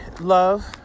love